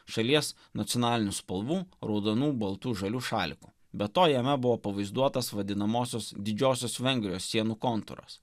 šalies nacionalinių spalvų raudonu baltu žaliu šaliku be to jame buvo pavaizduotas vadinamosios didžiosios vengrijos sienų kontūras